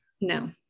No